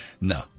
No